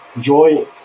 joy